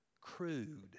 crude